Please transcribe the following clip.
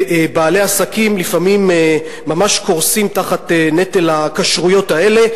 ובעלי עסקים לפעמים ממש קורסים תחת נטל הכשרויות האלה,